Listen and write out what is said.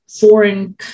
foreign